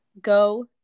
go